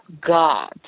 God